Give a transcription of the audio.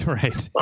right